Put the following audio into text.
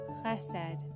Chesed